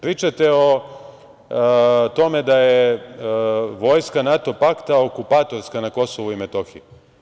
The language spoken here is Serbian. Pričate o tome da je vojska NATO pakta okupatorska na Kosovu i Metohiji.